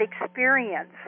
experience